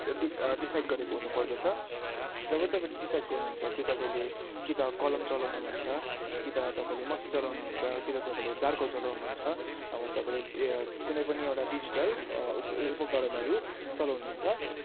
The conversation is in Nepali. डि डिसाइड गरेको हुनुपर्दछ जब तपाईँले डिसाइड गर्नुहुन्छ कि तपाईँले कि त कलम चलाउनु हुन्छ कि त तपाईँले मसी चलाउनु हुन्छ कि त तपाईँले चारकोल चलाउनु हुन्छ नभए तपाईँले कुनै पनि एउटा डिजिटल उप उपकरणहरू चलाउनु हुन्छ